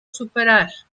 superar